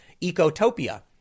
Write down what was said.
Ecotopia